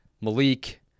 Malik